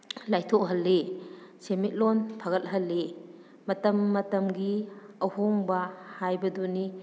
ꯂꯥꯏꯊꯣꯛꯍꯜꯂꯤ ꯁꯦꯃꯤꯠꯂꯣꯟ ꯐꯒꯠꯍꯜꯂꯤ ꯃꯇꯝ ꯃꯇꯝꯒꯤ ꯑꯍꯣꯡꯕ ꯍꯥꯏꯕꯗꯨꯅꯤ